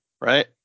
Right